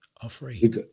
Afraid